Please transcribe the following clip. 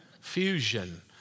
Fusion